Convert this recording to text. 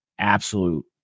absolute